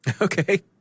Okay